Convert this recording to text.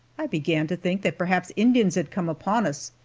i began to think that perhaps indians had come upon us,